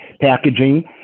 packaging